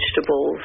vegetables